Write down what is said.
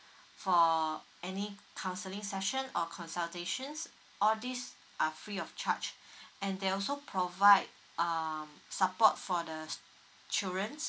for any counseling session or consultations all these are free of charge and they also provide um support for the s~ children